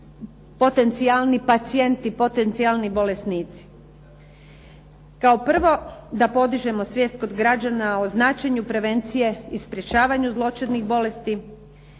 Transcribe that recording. potencijalni pacijenti, potencijalni bolesnici. Kao prvo da podižemo svijest kod građana o značenju prevencije i sprječavanju zloćudnih bolesti.